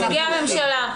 נציגי הממשלה,